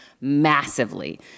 massively